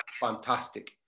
fantastic